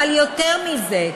אבל יותר מזה,